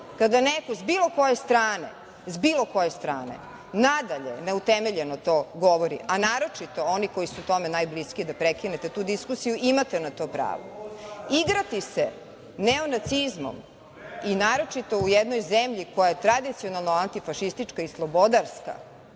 kada neko sa bilo koje strane nadalje ne utemeljeno to govori, a naročito oni koji su tome najbliskiji da prekinete tu diskusiju, imate na to pravo. Igrati se neonacizmom i naročito u jednoj zemlji koja je tradicionalno antifašistička i slobodarska,